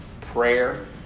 Prayer